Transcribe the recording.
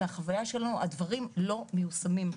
מהחוויה שלנו הדברים לא מיושמים.